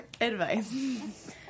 advice